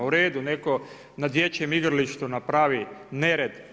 U redu, netko na dječjem igralištu napravi nered.